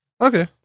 Okay